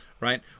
Right